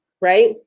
Right